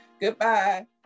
Goodbye